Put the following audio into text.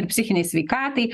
ir psichinei sveikatai